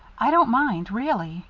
i don't mind really.